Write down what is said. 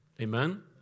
Amen